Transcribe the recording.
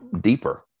deeper